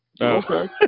Okay